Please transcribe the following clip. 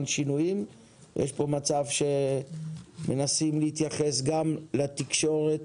שינויים ושי פה מצב שמנסים להתייחס גם לתקשורת,